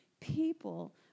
people